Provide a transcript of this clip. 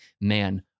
man